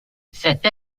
cette